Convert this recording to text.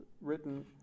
written